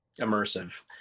immersive